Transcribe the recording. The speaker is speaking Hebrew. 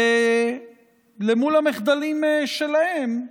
למול המחדלים שלהם,